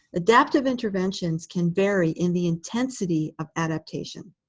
adaptive interventions can vary in the intensity of adaptation.